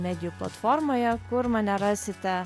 medijų platformoje kur mane rasite